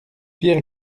pierre